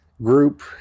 group